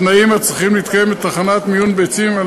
התנאים הצריכים להתקיים בתחנת מיון ביצים על